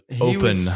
open